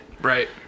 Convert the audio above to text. Right